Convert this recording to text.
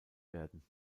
werden